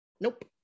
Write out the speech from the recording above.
nope